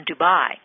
Dubai